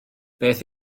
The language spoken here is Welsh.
beth